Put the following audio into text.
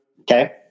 Okay